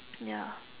ya